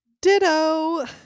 ditto